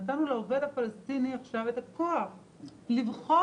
עכשיו נתנו לעובד הפלסטיני את הכוח לבחור.